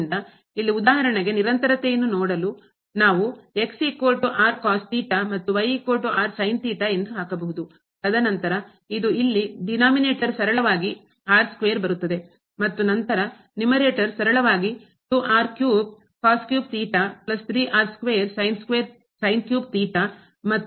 ಆದ್ದರಿಂದ ಇಲ್ಲಿ ಉದಾಹರಣೆಗೆ ನಿರಂತರತೆಯನ್ನು ನೋಡಲು ನಾವು ಮತ್ತು ಎಂದು ಹಾಕಬಹುದು ತದನಂತರ ಇದು ಇಲ್ಲಿ ಡಿ ನೋಮಿನೇಟರ್ ಸರಳವಾಗಿ ಬರುತ್ತದೆ ಮತ್ತು ನಂತರ ನ್ಯೂಮರೇಟರ್ ಸರಳವಾಗಿ 2 ಮತ್ತು ಮಿತಿ ಹಾಗೂ ತೆಗೆದುಕೊಳ್ಳಬೇಕು